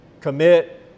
commit